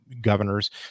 governors